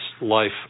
life